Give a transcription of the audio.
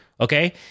Okay